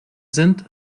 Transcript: sind